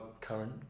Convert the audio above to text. current